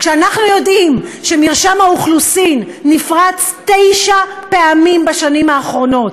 כשאנחנו יודעים שמרשם האוכלוסין נפרץ תשע פעמים בשנים האחרונות,